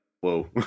Whoa